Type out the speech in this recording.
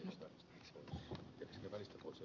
nyt hoitamaan